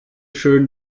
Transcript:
schön